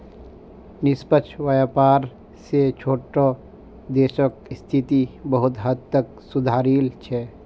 निष्पक्ष व्यापार स छोटो देशक स्थिति बहुत हद तक सुधरील छ